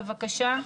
בבקשה.